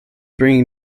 bringing